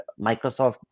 Microsoft